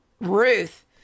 ruth